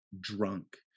drunk